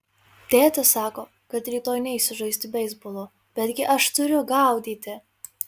tėtis sako kad rytoj neisiu žaisti beisbolo betgi aš turiu gaudyti